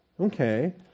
okay